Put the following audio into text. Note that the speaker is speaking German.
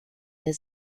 der